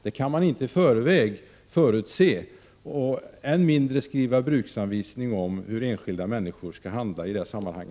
Det kan man inte i förväg förutse, och man kan än mindre skriva bruksanvisningar för hur enskilda människor skall handla i detta sammanhang.